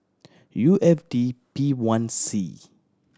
U F D P one C